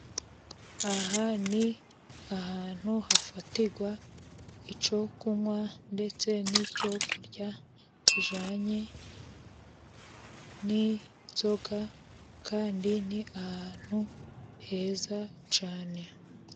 Aha ni ahantu hafatirwa icyo kunywa, ndetse n'icyo kurya kijyanye n'inzoga, kandi ni ahantu heza cyane.